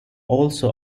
also